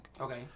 Okay